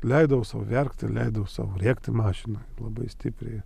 leidau sau verkti leidau sau rėkti mašinoj labai stipriai